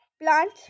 Plant